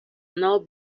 now